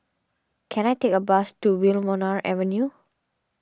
can I take a bus to Wilmonar Avenue